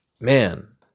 Man